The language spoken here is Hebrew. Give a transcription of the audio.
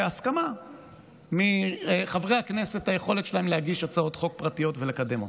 בהסכמה מחברי הכנסת היכולת שלהם להגיש הצעות חוק פרטיות ולקדם אותן.